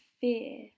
fear